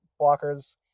blockers